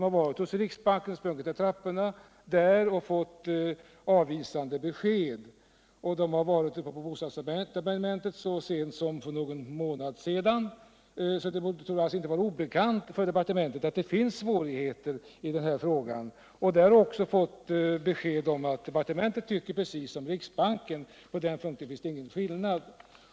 Man har sprungit i trapporna hos riksbanken och fått avvisande besked. Så sent som för någon månad sedan var man uppe i bostadsdepartementet — det torde alltså inte vara obekant för departementet att sådana här svårigheter föreligger — och fick då beskedet att departementet tycker precis som riksbanken; på den punkten finns det ingen skillnad.